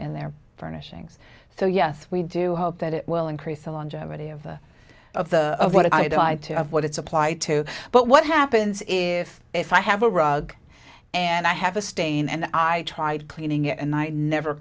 n their furnishings so yes we do hope that it will increase the longevity of the of the of what i'd like to have what it's applied to but what happens if if i have a rug and i have a stain and i tried cleaning it and i never